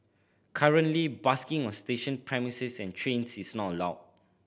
currently busking on station premises and trains is not allowed